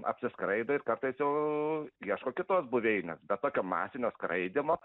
apsiskraido ir kartais jau ieško kitos buveinės bet tokio masinio skraidymo